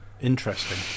interesting